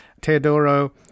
Teodoro